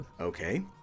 okay